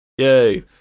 Yay